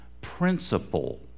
principle